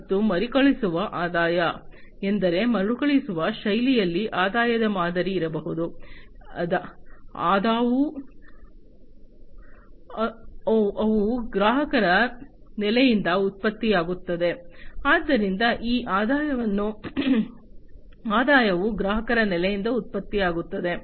ಮತ್ತು ಮರುಕಳಿಸುವ ಆದಾಯ ಎಂದರೆ ಮರುಕಳಿಸುವ ಶೈಲಿಯಲ್ಲಿ ಆದಾಯದ ಮಾದರಿ ಇರಬಹುದು ಆದಾಯವು ಗ್ರಾಹಕರ ನೆಲೆಯಿಂದ ಉತ್ಪತ್ತಿಯಾಗುತ್ತದೆ